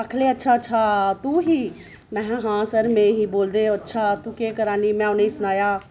आखन लगे अच्छा अच्छा तू ही में हा सर में ही बोलदे अच्छा केह् करानी में उ'नेंगी सनाया